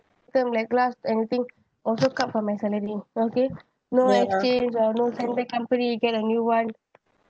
item like glass anything also cut from my salary okay no exchange or no send back company get a new [one]